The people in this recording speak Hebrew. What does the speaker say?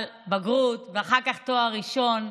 אבל בגרות, ואחר כך תואר ראשון,